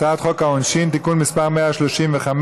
הצעת חוק העונשין (תיקון מס' 135),